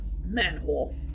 Manhole